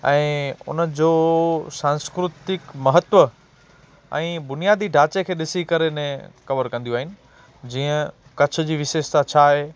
ऐं उनजो सांस्कृतिक महत्व ऐं बुनियादी ढांचे खे ॾिसी करे ने कवर कंदियूं आहे जीअं कच्छ जी विशेषता छा आहे